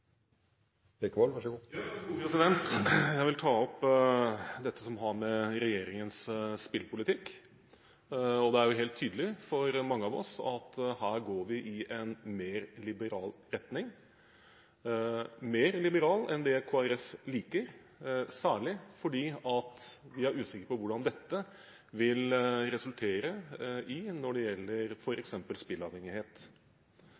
en suksess så langt. Jeg tror den også kommer til å være modell for andre lignende ordninger fremover. Jeg vil ta opp dette som har med regjeringens spillpolitikk å gjøre. Det er helt tydelig for mange av oss at her går vi i en mer liberal retning – mer liberal enn det Kristelig Folkeparti liker, særlig fordi vi er usikre på hvordan dette vil slå ut når